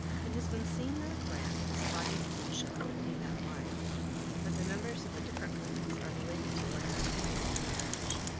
it has been seen that a clan is a body of kinship in the female line but the members of the different clans are related to one another by intermarriage.